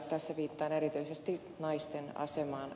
tässä viittaan erityisesti naisten asemaan